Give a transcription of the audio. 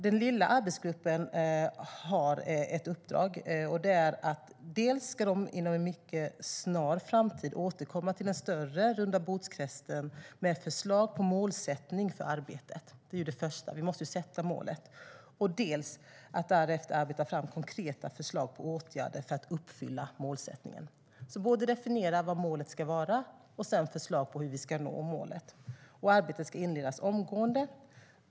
Den lilla arbetsgruppen har ett uppdrag, och det är att dels inom en mycket snar framtid återkomma till den större rundabordskretsen med förslag på målsättning för arbetet - det är det första, för vi måste ju sätta målet - dels att därefter arbeta fram konkreta förslag på åtgärder för att uppfylla målsättningen. Man ska alltså både definiera vad målet ska vara och sedan komma med förslag på hur vi ska nå målet. Arbetet ska inledas omgående.